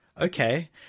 okay